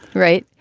right?